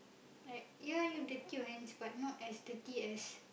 right ya you dirty your hands but not as dirty as